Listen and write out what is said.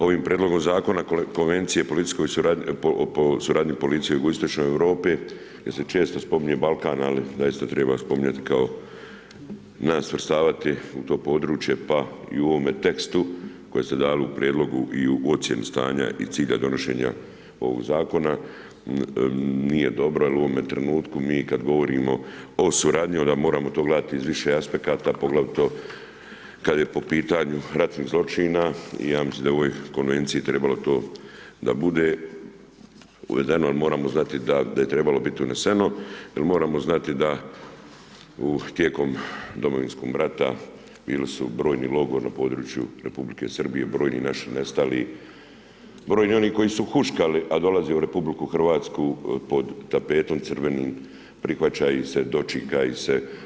Ovim prijedlogom zakona Konvencije o policijskoj suradnji u jugoistočnoj Europi, gdje se često spominje Balkan, ali zaista treba spominjati kao nas svrstavati u to područje, pa i u ovome tekstu, koji ste dali u prijedlogu i u ocijeni stanja i cilja donošenja ovog zakona, nije dobro, jer u ovome trenutku, mi kada govorimo o suradnji, onda moramo to gledati iz više aspekata, pogledati, kada je po pitanju ratnih zločina i ja mislim da u ovoj konvenciji trebalo bi to da bude uvedeno, jer moramo znati da je trebalo biti uneseno, jer moramo znati, da tijekom Domovinskog rata, bili su brojni logori na području Republike Srbije, brojni naši nestali, brojni oni koji su huškali a dolaze u Republiku Hrvatsku, pod tapetom crvenih, prihvaća ih se, dočeka ih se.